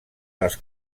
les